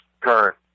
current